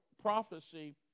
prophecy